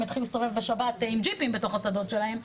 יתחילו להסתובב בשבת עם ג'יפים בתוך השדות שלהם.